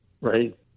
Right